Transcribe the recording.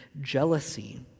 jealousy